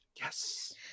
Yes